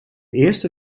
eerste